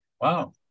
Wow